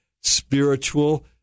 spiritual